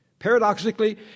Paradoxically